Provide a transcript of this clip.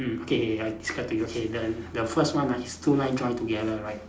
mm okay I describe to you okay the the first one ah is two line join together right